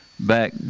Back